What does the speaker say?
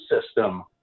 system